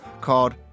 called